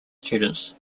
students